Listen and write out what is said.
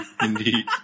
indeed